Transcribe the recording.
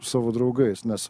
savo draugais nes